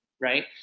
right